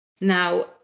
Now